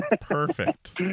Perfect